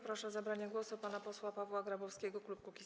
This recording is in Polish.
Proszę o zabranie głosu pana posła Pawła Grabowskiego, klub Kukiz’15.